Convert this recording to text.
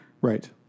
Right